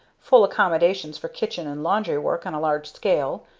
full accommodations for kitchen and laundry work on a large scale,